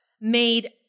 made